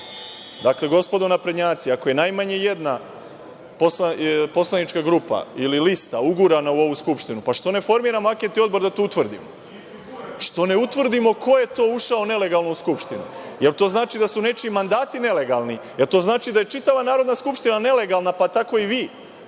gospodo naprednjaci, ako je najmanje jedna poslanička grupa ili lista ugurana u ovu Skupštinu, pa zašto ne formiramo anketni odbor da to utvrdimo? Što ne utvrdimo ko je to ušao nelegalno u Skupštinu? Da li to znači da su nečiji mandati nelegalni? Da li to znači da je čitava Narodna skupština nelegalna, pa tako i vi